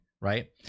right